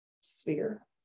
sphere